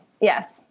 Yes